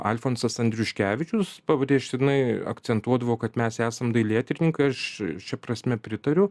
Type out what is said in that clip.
alfonsas andriuškevičius pabrėžtinai akcentuodavo kad mes esam dailėtyrininkai aš šia prasme pritariu